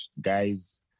guys